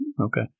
Okay